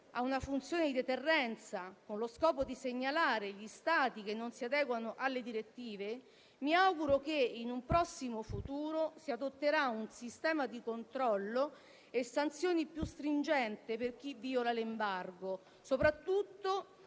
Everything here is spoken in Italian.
ha una funzione di deterrenza, con lo scopo di segnalare gli Stati che non si adeguano alle direttive, mi auguro che in un prossimo futuro si adotterà un sistema di controllo e sanzioni più stringenti per chi viola l'embargo, soprattutto